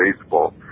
baseball